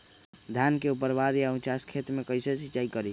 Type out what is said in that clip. धान के ऊपरवार या उचास खेत मे कैसे सिंचाई करें?